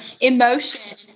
emotion